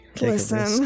Listen